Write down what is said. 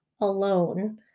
alone